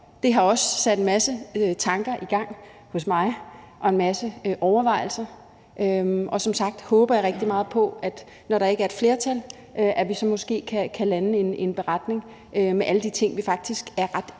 Det har også sat en masse tanker i gang hos mig og en masse overvejelser, og som sagt håber jeg rigtig meget på, når der ikke er et flertal, at vi så måske kan lande en beretning med alle de ting, vi faktisk er ret enige